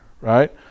right